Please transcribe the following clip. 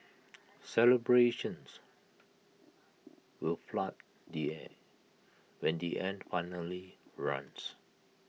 celebrations will flood the air when the end finally runs